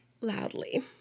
Loudly